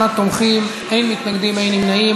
38 תומכים, אין מתנגדים, אין נמנעים.